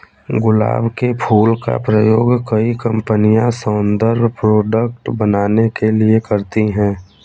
गुलाब के फूल का प्रयोग कई कंपनिया सौन्दर्य प्रोडेक्ट बनाने के लिए करती है